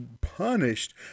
punished